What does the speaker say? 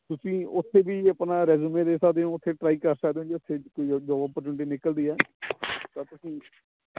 ਤੁਸੀਂ ਉੱਥੇ ਵੀ ਆਪਣਾ ਰੈਜੂਮੇ ਦੇ ਸਕਦੇ ਹੋ ਉੱਥੇ ਟਰਾਈ ਕਰ ਸਕਦੇ ਹੋ ਜੇ ਉੱਥੇ ਕੀ ਹੈ ਜੋਬ ਅਪੋਰਚੂਨਿਟੀ ਨਿਕਲਦੀ ਹੈ ਤਾਂ ਤੁਸੀਂ